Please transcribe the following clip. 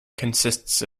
consists